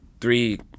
three